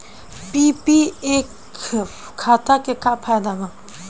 PPF खाता के का फायदा बा?